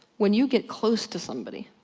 when you get close to somebody,